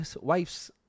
wife's